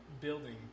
building